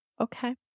Okay